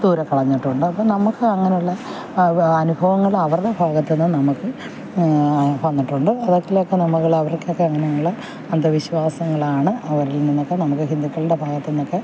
ദൂരെ കളഞ്ഞിട്ടുണ്ട് അപ്പോൾ നമുക്ക് അങ്ങനെയുള്ള അനുഭവങ്ങൾ അവരുടെ ഭാഗത്തുനിന്ന് നമുക്ക് വന്നിട്ടുണ്ട് അതക്കിലൊക്കെ നമ്മൾ അവർക്കൊക്കെ നമ്മൾ അന്ധവിശ്വാസങ്ങളാണ് അവരിൽ നിന്നൊക്കെ നമുക്ക് ഹിന്ദുക്കളുടെ ഭാഗത്തുനിന്നൊക്കെ